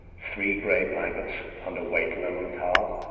three gray blankets and a white linen towel,